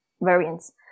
variants